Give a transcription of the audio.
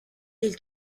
del